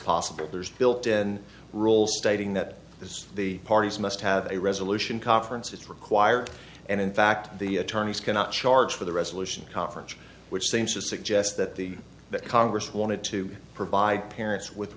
possible there's built in rule stating that this is the parties must have a resolution conference it's required and in fact the attorneys cannot charge for the resolution conference which seems to suggest that the that congress wanted to provide parents with